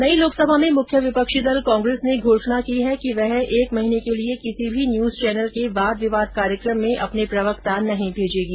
नई लोकसभा में मुख्य विपक्षी दल कांग्रेस ने घोषणा की है कि वह एक महीने के लिए किसी भी न्यूज चैनल के वाद विवाद कार्यक्रम में अपने प्रवक्ता नहीं भेजेगी